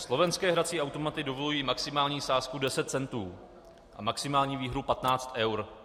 Slovenské hrací automaty dovolují maximální sázku deset centů a maximální výhru patnáct eur.